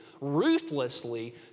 ruthlessly